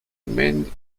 remained